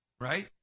Right